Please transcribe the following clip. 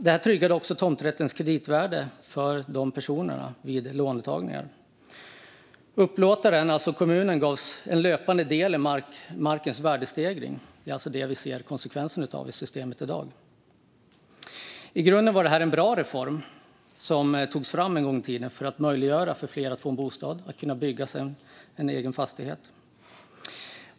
Det tryggade också tomträttens kreditvärde för dessa personer vid låntagande. Upplåtaren, alltså kommunen, gavs en löpande del i markens värdestegring, och det är alltså det vi ser konsekvensen av i systemet i dag. I grunden var det en bra reform som togs fram en gång i tiden för att möjliggöra för fler att få en bostad och kunna bygga sig en egen fastighet.